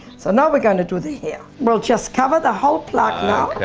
so now we're going to do the hair. we'll just cover the whole plaque now.